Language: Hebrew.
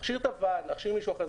להכשיר את הוועד, להכשיר מישהו אחר.